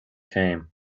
came